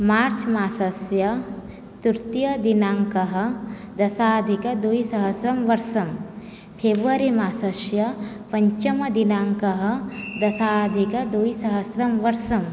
मार्च् मासस्य तृतीयदिनाङ्कः दशाधिकद्विसहस्रं वर्षं फ़ेब्वरी मासस्य पञ्चमदिनाङ्कः दशाधिकद्विसहस्रं वर्षं